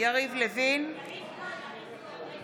בעד